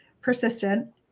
persistent